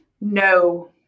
no